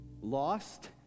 lost